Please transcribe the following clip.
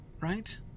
right